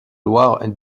loire